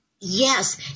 Yes